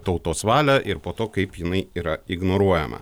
tautos valią ir po to kaip jinai yra ignoruojama